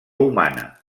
humana